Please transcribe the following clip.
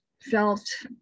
felt